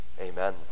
Amen